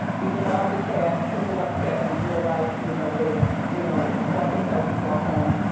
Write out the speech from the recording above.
people love the cast, people love the cast in real life. you know they've you know brought themselves into our homes.